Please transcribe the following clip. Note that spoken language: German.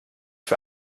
für